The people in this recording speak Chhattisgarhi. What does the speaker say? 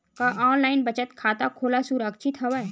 का ऑनलाइन बचत खाता खोला सुरक्षित हवय?